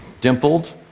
dimpled